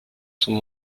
sont